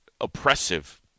oppressive